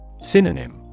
Synonym